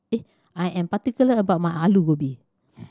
I am particular about my Alu Gobi